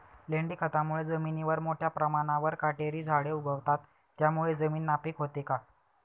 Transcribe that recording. लेंडी खतामुळे जमिनीवर मोठ्या प्रमाणावर काटेरी झाडे उगवतात, त्यामुळे जमीन नापीक होते का?